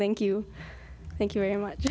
thank you thank you very much